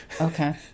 Okay